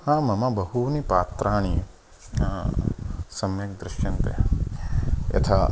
हा मम बहूनि पात्राणि सम्यक् दृश्यन्ते यथा